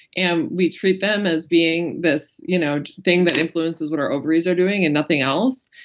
and we treat them as being this you know thing that influences what our ovaries are doing and nothing else.